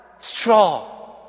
straw